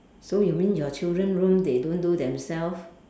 so you mean your children room they don't do themselves